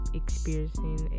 experiencing